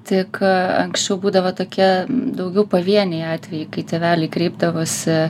tik anksčiau būdavo tokie daugiau pavieniai atvejai kai tėveliai kreipdavosi